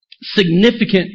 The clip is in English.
significant